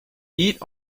eat